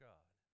God